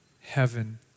heaven